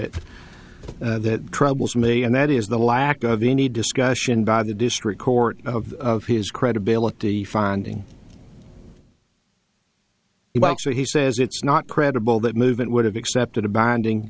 it that troubles me and that is the lack of any discussion by the district court of his credibility finding so he says it's not credible that movement would have accepted a binding